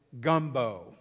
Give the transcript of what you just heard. gumbo